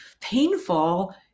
painful